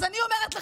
אז אני אומרת לך,